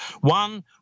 One